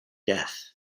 death